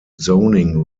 zoning